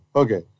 okay